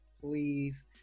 please